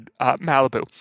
malibu